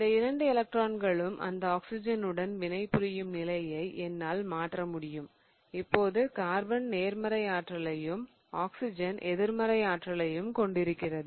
இந்த இரண்டு எலக்ட்ரான்களும் அந்த ஆக்ஸிஜனுடன் வினைபுரியும் நிலையை என்னால் மாற்ற முடியும் இப்போது கார்பன் நேர்மறை ஆற்றலையும் ஆக்சிஜன் எதிர்மறை ஆற்றலையும் கொண்டிருக்கிறது